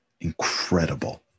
incredible